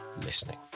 listening